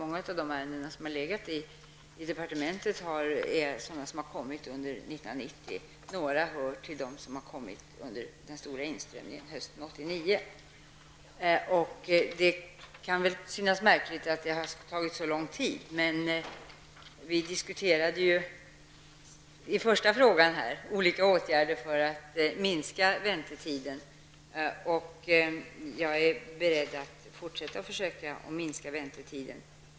Många av de ärenden som har legat i departementet är sådana som har kommit under 1990. Några hör till dem som har kommit under den stora inströmningen hösten 1989. Det kan väl synas märkligt att det har tagit så lång tid. Men vi diskuterade ju i den första frågan olika åtgärder för att minska väntetiderna, och jag är beredd att fortsätta att försöka minska väntetiderna.